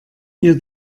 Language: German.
ihr